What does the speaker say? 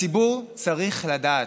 הציבור צריך לדעת,